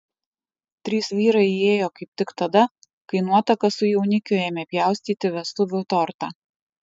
trys vyrai įėjo kaip tik tada kai nuotaka su jaunikiu ėmė pjaustyti vestuvių tortą